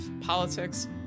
politics